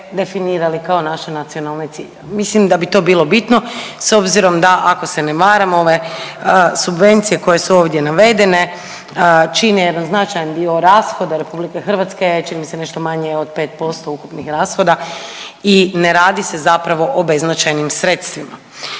kao naše nacionalne ciljeve. Mislim da bi to bilo bitno, s obzirom da ako se ne varam, ove subvencije koje su ovdje navedene čine jedan značajan dio rashoda RH, čini mi se nešto manje od 5% ukupnih rashoda i ne radi se zapravo o beznačajnim sredstvima.